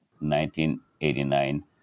1989